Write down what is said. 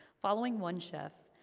following one chef,